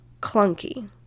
clunky